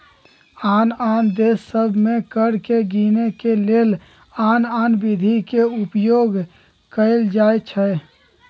आन आन देश सभ में कर के गीनेके के लेल आन आन विधि के उपयोग कएल जाइ छइ